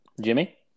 Jimmy